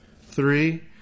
Three